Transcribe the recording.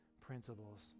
principles